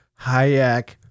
Hayek